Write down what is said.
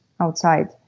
outside